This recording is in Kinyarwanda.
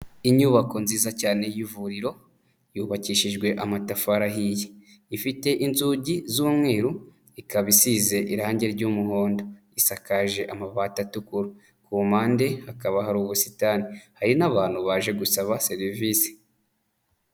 Inyubako nziza cyane y'ivuriro yubakishijwe amatafari ahiye ifite inzugi z'umweru, ikaba isize irange ry'umuhondo, isakaje amabati atukura ku mpande, hakaba hari ubusitani hari n'abantu baje gusaba serivisi.